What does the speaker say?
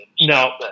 No